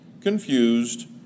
confused